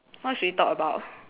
what should we talk about